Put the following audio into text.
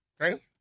Okay